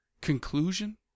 conclusion